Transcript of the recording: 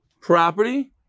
property